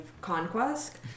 conquest